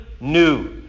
new